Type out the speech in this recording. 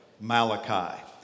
Malachi